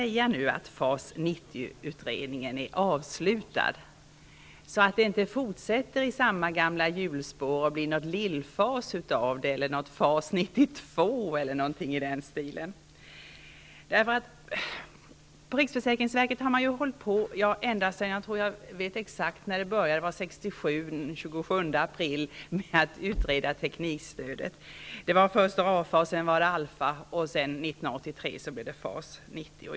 Kan man nu säga att FAS 90-utredningen är avslutad, så att detta inte fortsätter i samma gamla hjulspår och att det blir något lill-FAS, något FAS 92, eller något liknande? Jag vet exakt när man på riksförsäkringsverket började utreda teknikstödet. Det var den 27 april blev det FAS 90.